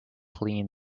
clean